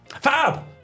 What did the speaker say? Fab